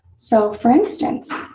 so for instance,